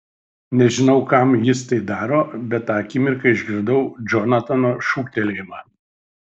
nežinojau kam jis tai daro bet tą akimirką išgirdau džonatano šūktelėjimą